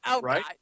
Right